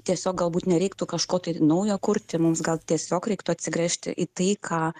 tiesiog galbūt nereiktų kažko tai naujo kurti mums gal tiesiog reiktų atsigręžti į tai ką